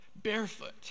barefoot